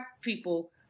people